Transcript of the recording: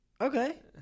Okay